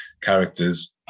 characters